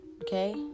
Okay